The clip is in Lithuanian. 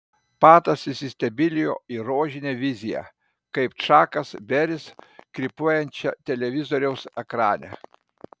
patas įsistebeilijo į rožinę viziją kaip čakas beris krypuojančią televizoriaus ekrane